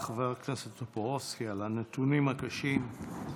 תודה, חבר הכנסת טופורובסקי, על הנתונים הקשים.